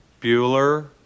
Bueller